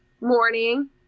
morning